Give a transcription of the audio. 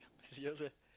serious eh